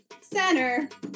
center